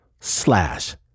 slash